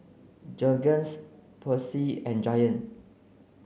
Jergens Persil and Giant